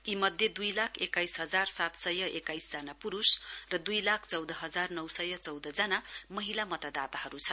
यी मध्ये दुई लाख एक्किस हजार सात सय एक्काइसजना पूरूष र दुई लाख चौध हजार नौ सय चौध जना महिला मतदाताहरू छन्